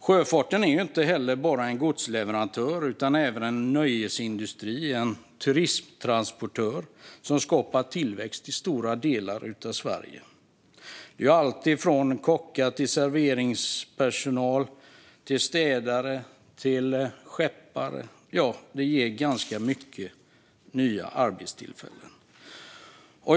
Sjöfarten är inte bara godstransportör, utan den är även en nöjesindustri och en turismtransportör som skapar tillväxt i stora delar av Sverige. Det handlar om alltifrån kockar till serveringspersonal, städare och skeppare. Det ger ganska många nya arbetstillfällen.